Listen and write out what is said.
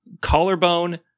collarbone